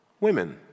Women